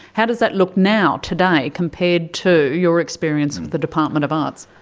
how does that look now today compared to your experience with the department of arts?